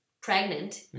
pregnant